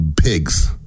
pigs